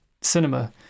cinema